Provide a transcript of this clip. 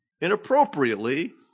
inappropriately